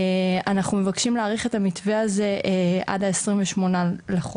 אנחנו מבקשים להאריך את המתווה הזה עד ה-28 לחודש,